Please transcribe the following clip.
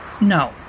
No